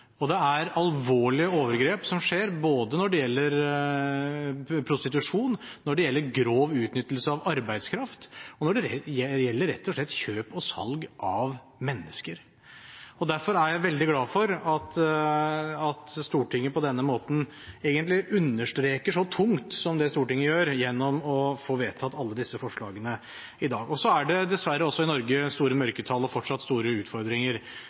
tror. Det er alvorlige overgrep som skjer både når det gjelder prostitusjon, når det gjelder grov utnyttelse av arbeidskraft, og når det rett og slett gjelder kjøp og salg av mennesker. Derfor er jeg veldig glad for at Stortinget på denne måten understreker dette så tydelig som Stortinget gjør gjennom å få vedtatt alle disse forslagene i dag. Det er dessverre også i Norge store mørketall og fortsatt store utfordringer.